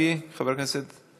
חבר הכנסת מרגי.